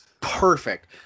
perfect